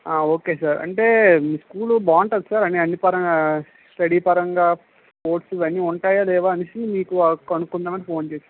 okay sir అంటే school బాగుంటుందా sir అన్నీ పరంగా స్టడీ పరంగా స్పోర్ట్స్ ఇవన్ని ఉంటాయా లేదా అనేసి మీకు కనుక్కుందాం అని ఫోన్ చేశాను